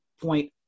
point